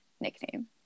nickname